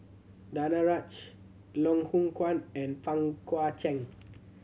Danaraj Loh Hoong Kwan and Pang Guek Cheng